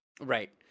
Right